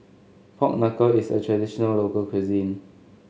Pork Knuckle is a traditional local cuisine